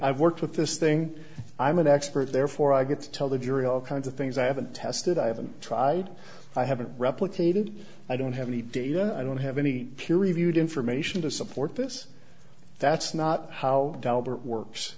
i've worked with this thing i'm an expert therefore i get to tell the jury all kinds of things i haven't tested i haven't tried i haven't replicated i don't have any data i don't have any peer reviewed information to support this that's not how it works